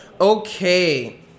Okay